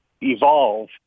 evolve